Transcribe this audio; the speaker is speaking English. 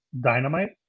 Dynamite